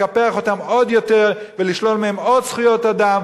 לקפח אותם עוד יותר ולשלול מהם עוד זכויות אדם,